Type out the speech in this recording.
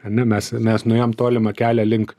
ane mes mes nuėjom tolimą kelią link